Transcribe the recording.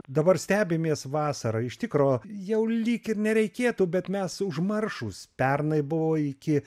dabar stebimės vasara iš tikro jau lyg ir nereikėtų bet mes užmaršūs pernai buvo iki